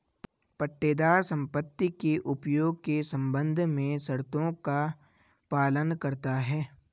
पट्टेदार संपत्ति के उपयोग के संबंध में शर्तों का पालन करता हैं